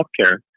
healthcare